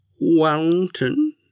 Wellington